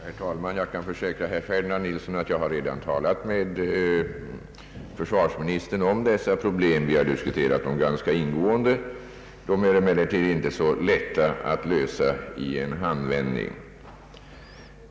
Herr talman! Jag kan försäkra herr Ferdinand Nilsson att jag redan har talat med försvarsministern om dessa problem — vi har diskuterat dem ganska ingående. Det är emellertid inte så lätt att lösa dem i en handvändning.